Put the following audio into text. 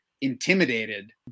intimidated